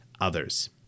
others